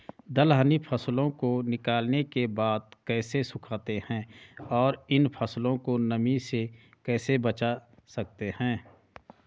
दलहनी फसलों को निकालने के बाद कैसे सुखाते हैं और इन फसलों को नमी से कैसे बचा सकते हैं?